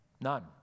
None